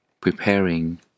preparing